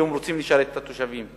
והם רוצים לשרת את התושבים.